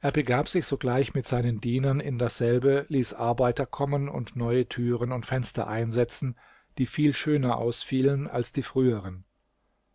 er begab sich sogleich mit seinen dienern in dasselbe ließ arbeiter kommen und neue türen und fenster einsetzen die viel schöner ausfielen als die früheren